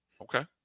Okay